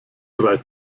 drei